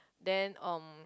then um